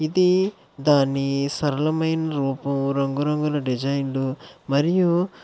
ఇది దాని సరళమైన రూపం రంగురంగుల డిజైన్ను మరియు